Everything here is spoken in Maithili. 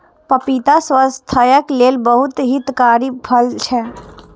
पपीता स्वास्थ्यक लेल बहुत हितकारी फल छै